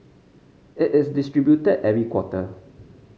it is distributed every quarter